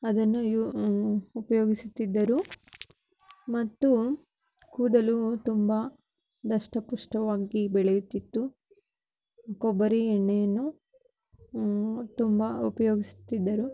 ಅದನ್ನು ಯೂ ಉಪಯೋಗಿಸುತ್ತಿದ್ದರು ಮತ್ತು ಕೂದಲು ತುಂಬ ದಷ್ಟಪುಷ್ಟವಾಗಿ ಬೆಳೆಯುತ್ತಿತ್ತು ಕೊಬ್ಬರಿ ಎಣ್ಣೆಯನ್ನು ತುಂಬ ಉಪಯೋಗಿಸುತ್ತಿದ್ದರು